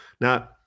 Now